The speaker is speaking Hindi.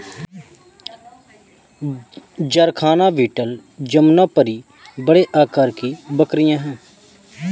जरखाना बीटल जमुनापारी बड़े आकार की बकरियाँ हैं